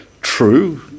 true